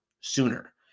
sooner